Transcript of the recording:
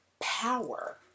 power